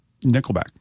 Nickelback